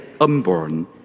unborn